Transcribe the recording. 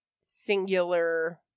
singular